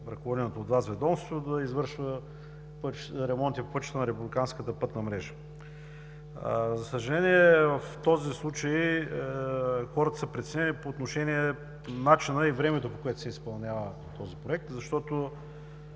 ръководеното от Вас ведомство да извършва ремонти по пътищата на републиканската пътна мрежа. За съжаление в този случай хората са преценили по отношение начина и времето, по което се изпълнява този проект, защото